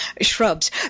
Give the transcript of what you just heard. shrubs